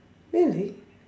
really